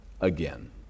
again